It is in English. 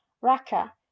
Raka